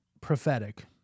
prophetic